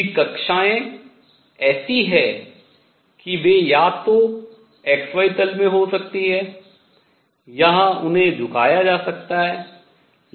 कि कक्षाएँ ऐसी हैं कि वे या तो xy तल में हो सकती हैं या उन्हें झुकाया जा सकता है